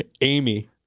Amy